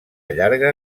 llarga